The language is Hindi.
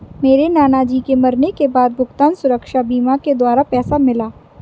मेरे नाना जी के मरने के बाद भुगतान सुरक्षा बीमा के द्वारा पैसा मिला